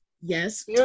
Yes